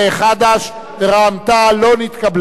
חד"ש ובל"ד לא נתקבלה.